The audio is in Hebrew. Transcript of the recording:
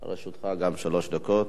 גם לרשותך שלוש דקות.